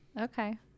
okay